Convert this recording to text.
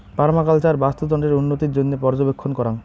permaculture বাস্তুতন্ত্রের উন্নতির জইন্যে পর্যবেক্ষণ করাং